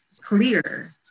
clear